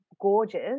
gorgeous